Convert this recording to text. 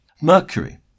Mercury